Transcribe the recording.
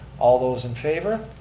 all those in favor?